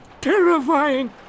terrifying